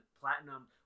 platinum